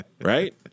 Right